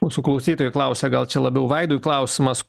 mūsų klausytojai klausia gal čia labiau vaidui klausimas